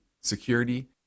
security